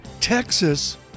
Texas